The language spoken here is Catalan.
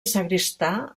sagristà